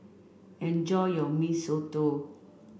enjoy your Mee Soto